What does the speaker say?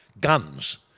Guns